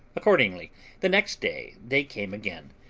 accordingly the next day they came again,